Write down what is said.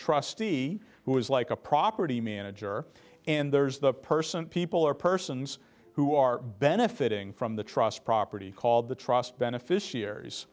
trustee who is like a property manager and there's the person people or persons who are benefiting from the trust property called the trust beneficiaries